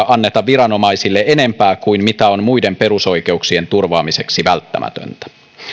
anneta viranomaisille enempää kuin mitä on muiden perusoikeuksien turvaamiseksi välttämätöntä